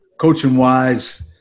coaching-wise